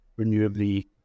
renewably